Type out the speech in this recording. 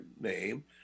name